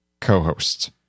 co-hosts